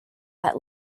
that